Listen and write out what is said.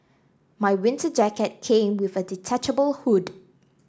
my winter jacket came with a detachable hood